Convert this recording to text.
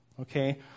Okay